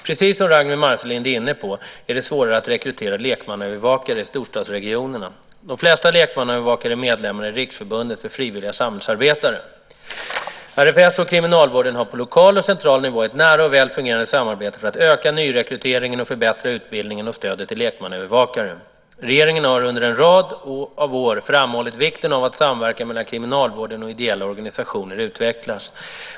Precis som Ragnwi Marcelind är inne på är det svårare att rekrytera lekmannaövervakare i storstadsregionerna. De flesta lekmannaövervakare är medlemmar i Riksförbundet för Frivilliga Samhällsarbetare . RFS och kriminalvården har på lokal och central nivå ett nära och väl fungerande samarbete för att öka nyrekryteringen och förbättra utbildningen och stödet till lekmannaövervakare. Regeringen har under en rad av år framhållit vikten av att samverkan mellan kriminalvården och ideella organisationer utvecklas.